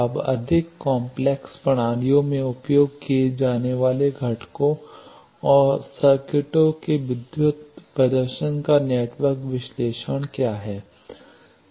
अब अधिक काम्प्लेक्स प्रणालियों में उपयोग किए जाने वाले घटकों और सर्किट के विद्युत प्रदर्शन का नेटवर्क विश्लेषण क्या है